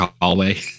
hallway